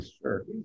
Sure